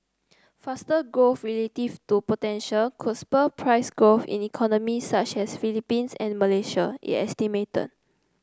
faster growth relative to potential could spur price growth in economies such as Philippines and Malaysia it estimated